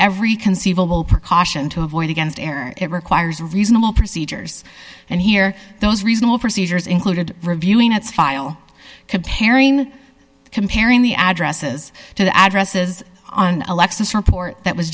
every conceivable precaution to avoid against error it requires reasonable procedures and hear those reasonable procedures included reviewing its file comparing comparing the addresses to the addresses on a lexus report that was